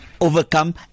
overcome